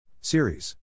Series